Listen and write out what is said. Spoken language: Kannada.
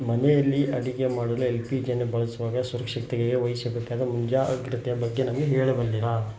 ಮನೆಯಲ್ಲಿ ಅಡುಗೆ ಮಾಡಲು ಎಲ್ ಪಿ ಜಿಯನ್ನು ಬಳಸುವಾಗ ಸುರಕ್ಷತೆಗೆ ವಹಿಸಬೇಕಾದ ಮುಂಜಾಗ್ರತೆಯ ಬಗ್ಗೆ ನಮಗೆ ಹೇಳಬಲ್ಲಿರಾ